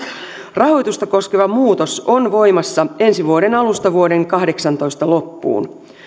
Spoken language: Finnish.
rahoitusta koskeva muutos on voimassa ensi vuoden alusta vuoden kahdeksantoista loppuun